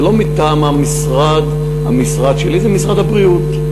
זה לא מטעם המשרד שלי, זה משרד הבריאות.